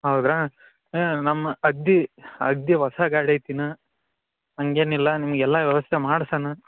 ಹೌದಾ ನಮ್ಮ ಅಗದೀ ಅಗ್ದೀ ಹೊಸ ಗಾಡಿ ಐತೆ ಇನ್ನೂ ಹಂಗೇನಿಲ್ಲ ನಿಮ್ಗೆ ಎಲ್ಲ ವ್ಯವಸ್ಥೆ ಮಾಡ್ಸಣ